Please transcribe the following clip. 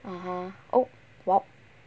(uh huh) oh what